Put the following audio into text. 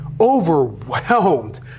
overwhelmed